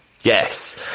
yes